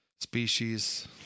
species